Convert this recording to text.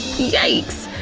yikes!